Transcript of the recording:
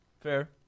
Fair